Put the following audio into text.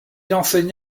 enseigne